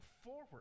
forward